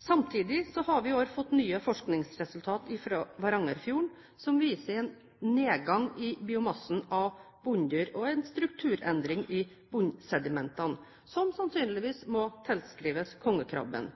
Samtidig har vi i år fått nye forskningsresultater fra Varangerfjorden som viser en nedgang i biomassen av bunndyr og en strukturendring i bunnsedimentene, som sannsynligvis må tilskrives kongekrabben.